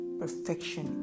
perfection